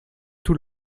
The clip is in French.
tout